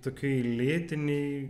tokioj lėtinėj